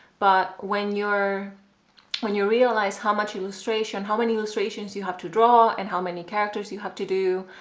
but when you're when you realize how much illustration, how many illustrations you have to draw and how many characters you have to do,